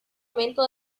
momento